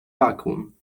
vakuum